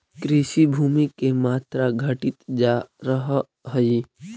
कृषिभूमि के मात्रा घटित जा रहऽ हई